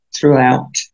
throughout